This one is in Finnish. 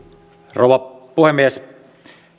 rouva puhemies